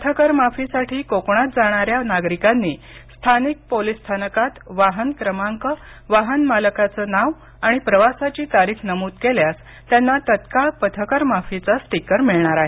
पथकर माफीसाठी कोकणात जाणाऱ्या नागरिकांनी स्थानिक पोलीस स्थानकात वाहन क्रमांक वाहन मालकाचं नाव आणि प्रवासाची तारीख नमूद केल्यास त्यांना तत्काळ पथकर माफीचा स्टिकर मिळणार आहे